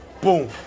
Boom